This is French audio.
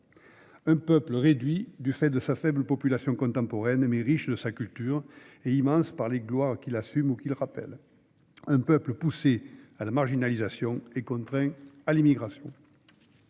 un peuple réduit, du fait de sa faible population contemporaine, mais riche de sa culture, et immense par les gloires qu'il assume ou qu'il rappelle ; un peuple poussé à la marginalisation et contraint à l'immigration